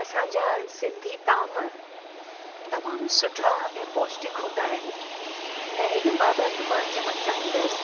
असांजा सिंधी ताम तमामु सुठा ऐं पौष्टिक हूंदा आहिनि ऐं इन बाबति मां चवणु चाहींदसि